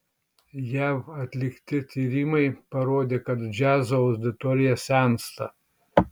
jav atlikti tyrimai parodė kad džiazo auditorija sensta